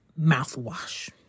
mouthwash